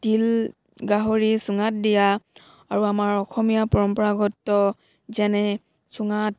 তিল গাহৰি চুঙাত দিয়া আৰু আমাৰ অসমীয়া পৰম্পৰাগত যেনে চুঙাত